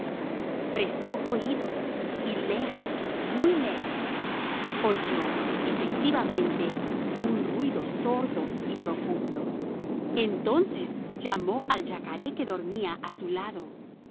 prestó oídos y lejos muy lejos oyó efectivamente un ruido sordo y profundo entonces llamó al yacaré que dormía a su lado